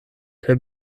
kaj